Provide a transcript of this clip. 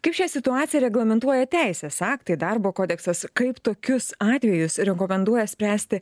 kaip šią situaciją reglamentuoja teisės aktai darbo kodeksas kaip tokius atvejus rekomenduoja spręsti